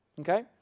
Okay